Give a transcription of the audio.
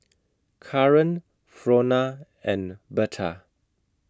Kaaren Frona and Berta